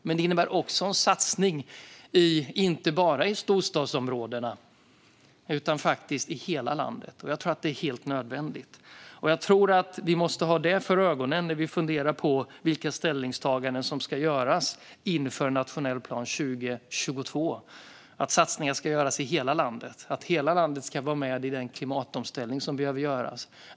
Detta innebär också en satsning inte bara i storstadsområdena utan faktiskt i hela landet. Och det är helt nödvändigt. Vi måste ha detta för ögonen när vi funderar över vilka ställningstaganden som ska göras inför nationell plan 2022. Satsningar ska göras i hela landet, och hela landet ska vara med i den klimatomställning som behöver göras.